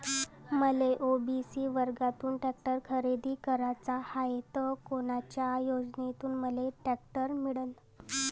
मले ओ.बी.सी वर्गातून टॅक्टर खरेदी कराचा हाये त कोनच्या योजनेतून मले टॅक्टर मिळन?